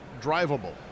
drivable